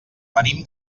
venim